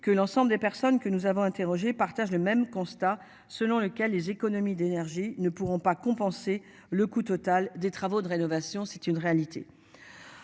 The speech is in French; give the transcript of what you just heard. que l'ensemble des personnes que nous avons interrogées partagent le même constat selon lequel les économies d'énergie ne pourront pas compenser le coût total des travaux de rénovation. C'est une réalité.